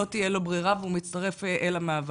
לא תהיה לו ברירה והוא מצטרף אל המאבק.